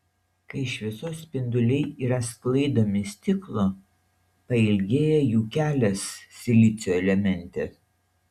kai šviesos spinduliai yra sklaidomi stiklo pailgėja jų kelias silicio elemente